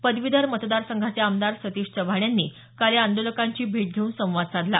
पदवीधर मतदार संघाचे आमदार सतीश चव्हाण यांनी काल या आंदोलकांची भेट घेऊन संवाद साधला